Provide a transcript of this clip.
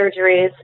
surgeries